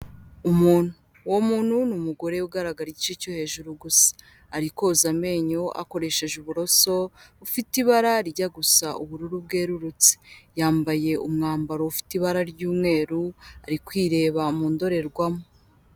Umuntu, uwo muntu ni umugore ugaragara igice cyo hejuru gusa, ari koza amenyo akoresheje uburoso bufite ibara rijya gusa ubururu bwerurutse, yambaye umwambaro ufite ibara ry'umweru, ari kwireba mu ndorerwamo.